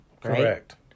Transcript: correct